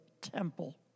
temple